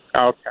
Okay